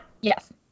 Yes